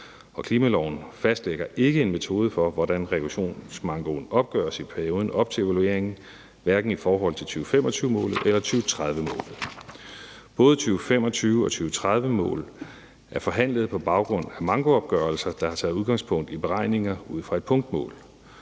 Og klimaloven fastlægger ikke en metode for, hvordan reduktionsmankoen opgøres i perioden op til evalueringen, hverken i forhold til 2025-målet eller 2030-målet. Både 2025-målet og 2030-målet er forhandlet på baggrund af mankoopgørelser, der har taget udgangspunkt i beregninger ud fra et punktmål.